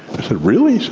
really?